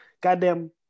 goddamn